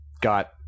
got